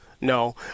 No